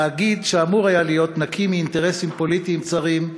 תאגיד שאמור היה להיות נקי מאינטרסים פוליטיים צרים,